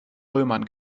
römern